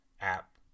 app